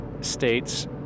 states